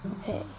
Okay